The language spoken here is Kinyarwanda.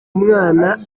mwana